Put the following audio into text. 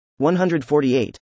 148